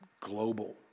global